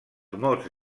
mots